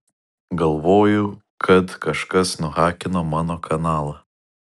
galvojau kad kažkas nuhakino mano kanalą